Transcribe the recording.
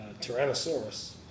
Tyrannosaurus